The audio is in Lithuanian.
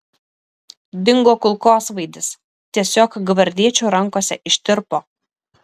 dingo kulkosvaidis tiesiog gvardiečių rankose ištirpo